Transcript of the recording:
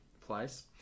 place